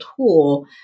tool